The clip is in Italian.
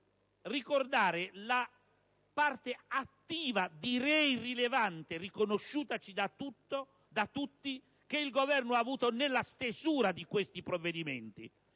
ricordare la parte attiva, direi rilevante e riconosciutaci da tutti, che il Governo ha avuto nella stesura di questi provvedimenti.